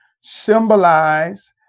symbolize